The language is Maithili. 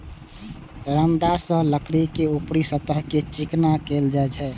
रंदा सं लकड़ी के ऊपरी सतह कें चिकना कैल जाइ छै